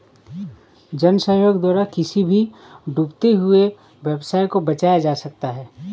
जन सहयोग द्वारा किसी भी डूबते हुए व्यवसाय को बचाया जा सकता है